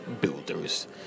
Builders